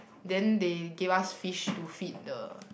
then they gave us fish to feed the